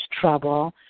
trouble